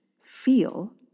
feel